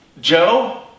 Joe